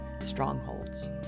strongholds